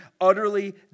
utterly